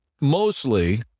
mostly